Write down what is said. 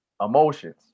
emotions